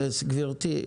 גברתי,